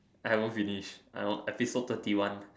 I haven't finish I on episode thirty one